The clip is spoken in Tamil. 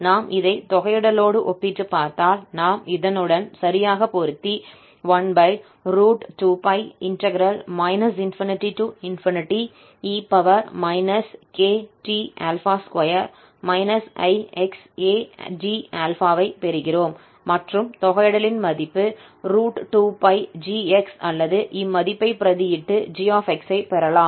நாம் இதை தொகையிடலோடு ஒப்பிட்டுப் பார்த்தால் நாம் இதனுடன் சரியாகப் பொருத்தி 12π ∞e kt2 ixad∝ ஐ பெறுகிறோம் மற்றும் தொகையிடலின் மதிப்பு √2𝜋𝑔𝑥 அல்லது இம்மதிப்பை பிரதியிட்டு 𝑔𝑥 ஐப் பெறலாம்